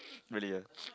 really ah